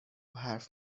حرف